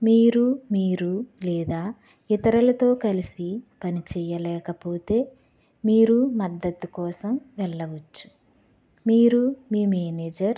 మీరు మీరు లేదా ఇతరులతో కలిసి పని చేయలేకపోతే మీరు మద్ధతు కోసం వెళ్ళవచ్చు మీరు మీ మేనేజర్